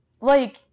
Like-